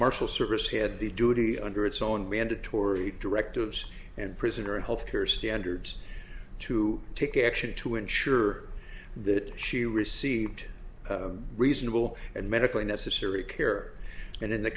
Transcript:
marshal service had the duty under its own mandatory directives and prisoner of health care standards to take action to ensure that she received reasonable and medically necessary care and in the